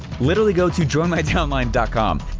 literally go to joinmydownline and com.